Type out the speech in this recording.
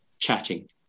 chatting